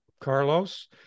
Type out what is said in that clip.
Carlos